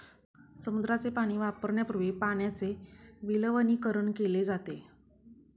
समुद्राचे पाणी वापरण्यापूर्वी पाण्याचे विलवणीकरण केले जाते